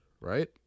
right